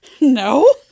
no